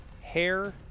Hair